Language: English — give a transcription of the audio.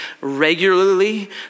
regularly